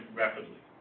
rapidly